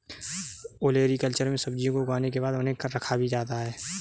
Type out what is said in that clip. olericulture में सब्जियों को उगाने के बाद उन्हें रखा भी जाता है